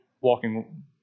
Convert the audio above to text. walking